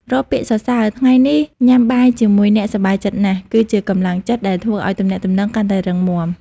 រាល់ពាក្យសរសើរ "ថ្ងៃនេះញ៉ាំបាយជាមួយអ្នកសប្បាយចិត្តណាស់" គឺជាកម្លាំងចិត្តដែលធ្វើឱ្យទំនាក់ទំនងកាន់តែរឹងមាំ។